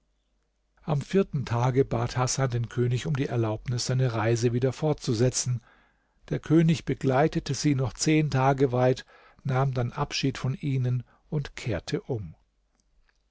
am vierten tage bat hasan den könig um die erlaubnis seine reise wieder fortzusetzen der könig begleitete sie noch zehn tage weit nahm dann abschied von ihnen und kehrte um